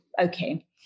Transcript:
okay